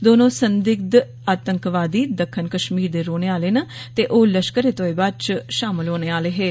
दौने संदिग्ध आतंकवादी दक्खन कश्मीर दे रौहने आहले न ते ओ लश्करे तैयबा च शामल होने आहले हे